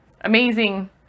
amazing